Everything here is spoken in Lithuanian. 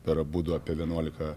per abudu apie vienuolika